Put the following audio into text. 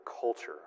culture